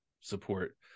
support